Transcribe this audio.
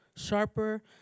sharper